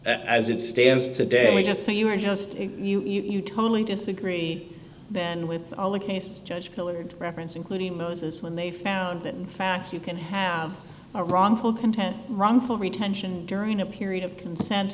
as it stands today just so you are just you totally disagree then with all the cases judge hillard reference including moses when they found that in fact you can have a wrongful content wrongful retention during a period of consent